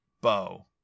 bow